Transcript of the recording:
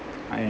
and